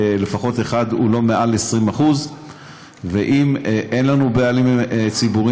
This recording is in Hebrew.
לפחות אחד הוא לא מעל 20%. ואם אין לנו בעלים ציבוריים,